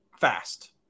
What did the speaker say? fast